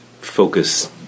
focus